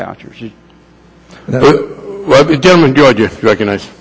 vouchers recognize